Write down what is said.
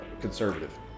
conservative